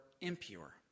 impure